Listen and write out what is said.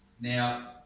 Now